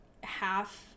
half